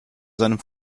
seinem